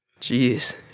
Jeez